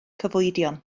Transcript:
cyfoedion